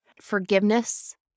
forgiveness